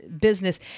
business